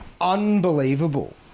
unbelievable